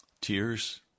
Tears